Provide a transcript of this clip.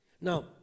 Now